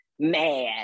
mad